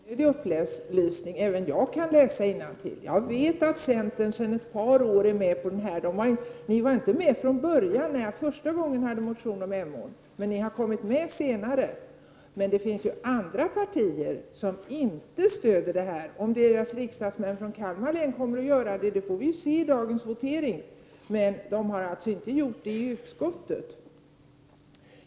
Herr talman! Det var faktiskt en ganska onödig upplysning, Birger Andersson. Även jag kan läsa innantill. Jag vet att centern sedan ett par år står bakom det här kravet. Ni var inte med första gången jag motionerade om Emån, men ni har kommit med senare. Det finns emellertid andra partier som inte stöder detta krav. Om deras riksdagsmän från Kalmar län kommer att göra det är något som vi får se i dagens votering, men de har alltså inte gjort det i utskottet.